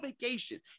vacation